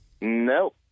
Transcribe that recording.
no